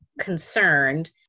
concerned